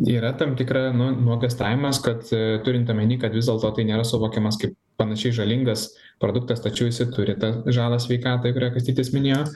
yra tam tikra nu nuogąstavimas kad turint omeny kad vis dėlto tai nėra suvokimas kaip panašiai žalingas produktas tačiau jisai turi tą žalą sveikatai kurią kastytis minėjo